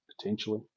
potentially